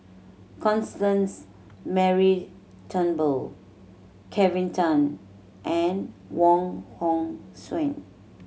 Constance Mary Turnbull Kelvin Tan and Wong Hong Suen